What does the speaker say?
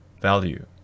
value